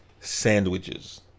sandwiches